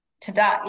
today